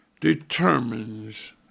determines